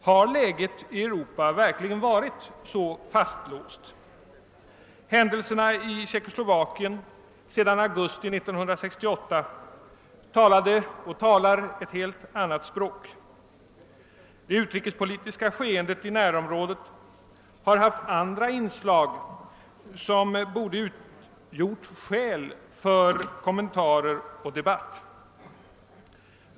Har läget i Europa verkligen varit så fastlåst? Händelserna i Tjeckoslovakien sedan augusti 1968 talar ett helt annat språk. Det utrikespolitiska skeendet i närområdet har också haft andra inslag som borde utgjort skäl för kommentarer och debatt.